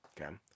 Okay